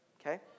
Okay